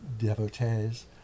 Devotees